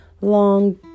long